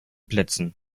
plätzen